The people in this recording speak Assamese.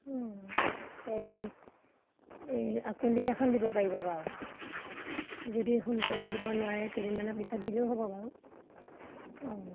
অঁ এই এই কোন দিনাখন দিব পাৰিব বাৰু যদি সোনকালে দিব নোৱাৰে কেইদিনমানৰ পিছত দিলেও হ'ব বাৰু অঁ